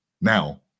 Now